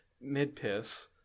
mid-piss